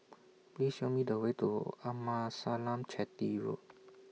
Please Show Me The Way to Amasalam Chetty Road